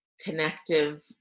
connective